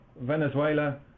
Venezuela